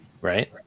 right